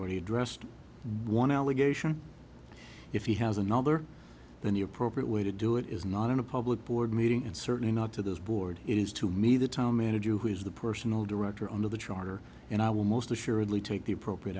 already addressed one allegation if he has another then the appropriate way to do it is not in a public board meeting and certainly not to this board it is to me the town manager who is the personal director on of the charter and i will most assuredly take the appropriate